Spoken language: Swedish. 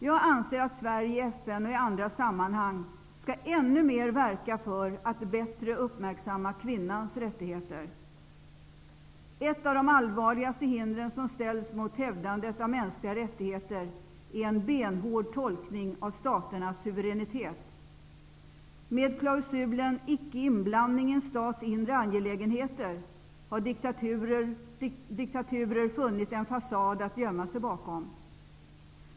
Jag anser att Sverige i FN och i andra sammanhang skall ännu mera verka för att bättre uppmärksamma kvinnans rättigheter. Ett av de allvarligaste hindren som ställs mot hävdandet av mänskliga rättigheter är en benhård tolkning av staternas suveränitet. Med klausulen icke-inblandning i en stats inre angelägenheter har diktaturer funnit en fasad att gömma sig bakom.